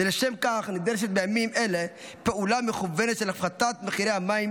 ולשם כך נדרשת בימים אלה פעולה מכוונת של הפחתת מחירי המים